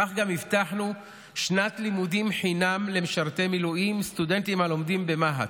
כך גם הבטחנו שנת לימודים חינם למשרתי מילואים סטודנטים הלומדים במה"ט,